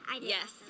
Yes